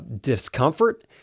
discomfort